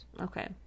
Okay